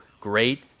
great